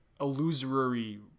illusory